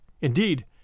Indeed